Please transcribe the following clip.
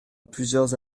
plusieurs